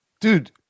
Dude